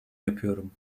yapıyorum